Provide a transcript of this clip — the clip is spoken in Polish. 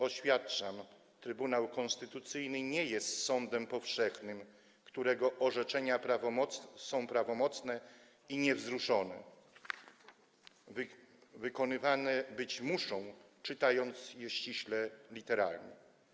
Oświadczam: Trybunał Konstytucyjny nie jest sądem powszechnym, którego orzeczenia są prawomocne i niewzruszone, wykonywane być muszą, czytając je ściśle, literalnie.